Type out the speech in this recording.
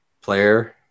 player